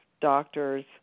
doctors